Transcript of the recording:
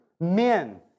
Men